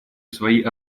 свои